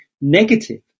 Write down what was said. negative